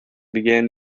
began